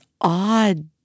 odd